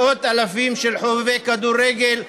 מאות אלפים של חובבי כדורגל.